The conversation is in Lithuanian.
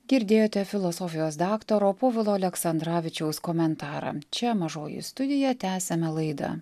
girdėjote filosofijos daktaro povilo aleksandravičiaus komentarą čia mažoji studija tęsiame laidą